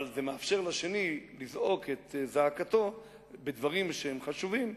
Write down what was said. אבל זה מאפשר לשני לזעוק את זעקתו בדברים שהם חשובים.